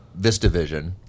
VistaVision